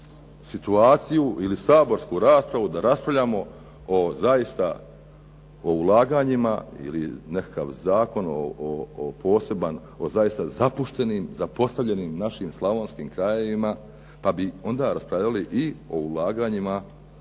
situaciju ili saborsku raspravu da raspravljamo o ulaganjima ili nekakav zakon poseban o zaista zapuštenim, zapostavljenim našim slavonskim krajevima pa bi onda raspravljali i o ulaganjima